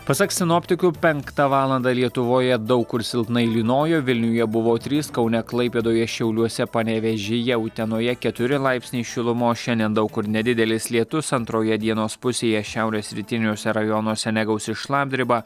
pasak sinoptikų penktą valandą lietuvoje daug kur silpnai lynojo vilniuje buvo trys kaune klaipėdoje šiauliuose panevėžyje utenoje keturi laipsniai šilumos šiandien daug kur nedidelis lietus antroje dienos pusėje šiaurės rytiniuose rajonuose negausi šlapdriba